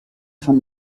von